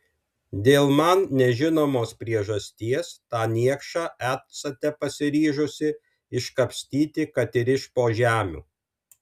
dėl man nežinomos priežasties tą niekšą esate pasiryžusi iškapstyti kad ir iš po žemių